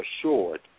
assured